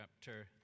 chapter